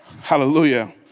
hallelujah